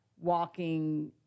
walking